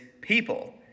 people